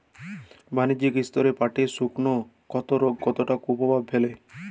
বাণিজ্যিক স্তরে পাটের শুকনো ক্ষতরোগ কতটা কুপ্রভাব ফেলে?